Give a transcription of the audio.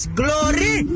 glory